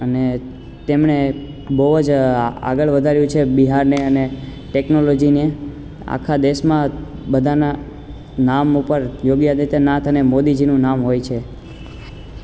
અને તેમને બહુ જ આગળ વધાર્યું છે બિહારને અને ટેકનોલોજીને આખા દેશમાં બધાના નામ ઉપર યોગી આદિત્યનાથ અને મોદીજીનું નામ હોય છે